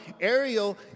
Ariel